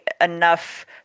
enough